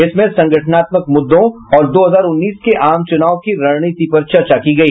इसमें संगठनात्मक मुद्दों और दो हजार उन्नीस के आम चुनाव की रणनीति पर चर्चा की गई